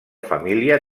família